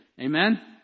Amen